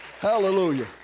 hallelujah